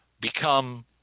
become